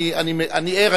אני ער,